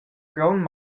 grond